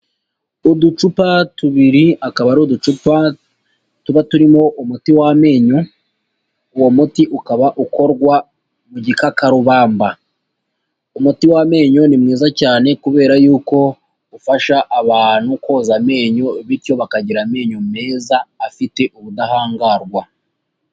Uducupa tubiri, akaba ari uducupa tuba turimo umuti w'amenyo, uwo muti ukaba ukorwa mu gikakarubamba, umuti w'amenyo ni mwiza cyane kubera yuko ufasha abantu koza amenyo bityo bakagira amenyo meza afite ubudahangarwa.